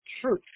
truth